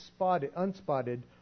unspotted